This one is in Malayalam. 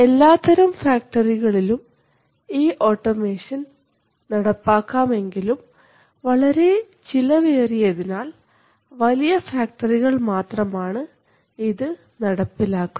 എല്ലാത്തരം ഫാക്ടറികളിലും ഈ ഓട്ടോമേഷൻ നടപ്പാക്കാം എങ്കിലും വളരെ ചെലവേറിയതിനാൽ വലിയ ഫാക്ടറികൾ മാത്രമാണ് ഇത് നടപ്പിലാക്കുന്നത്